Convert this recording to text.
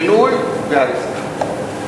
פינוי והריסה.